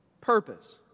purpose